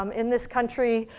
um in this country,